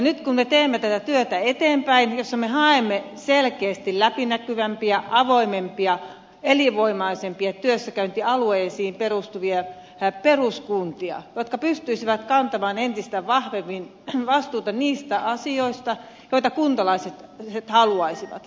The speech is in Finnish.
nyt me teemme eteenpäin tätä työtä jossa me haemme selkeästi läpinäkyvämpiä avoimempia elinvoimaisempia työssäkäyntialueisiin perustuvia peruskuntia jotka pystyisivät kantamaan entistä vahvemmin vastuuta niistä asioista joita kuntalaiset haluaisivat